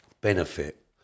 benefit